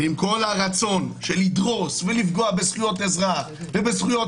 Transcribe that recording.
ועם כל הרצון של לדרוס ולפגוע בזכויות אזרח בזכויות